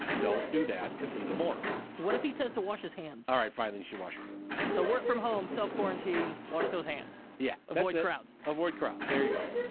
don't do that, cause he's a moron. what if he says to wash his hands? all right, fine and wash your hands. so work from home, self-quarantine, wash those hands. yeah. avoid crowds. avoid crowds, there you go.